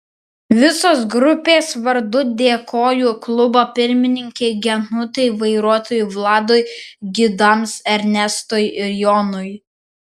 visos grupės vardu dėkoju klubo pirmininkei genutei vairuotojui vladui gidams ernestui ir jonui